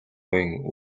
буян